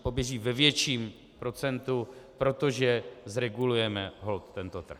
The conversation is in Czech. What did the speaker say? Poběží ve větším procentu, protože zregulujeme holt tento trh.